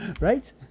Right